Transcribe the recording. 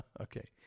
Okay